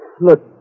Look